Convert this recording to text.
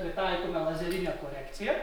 pritaikėme lazerinę korekciją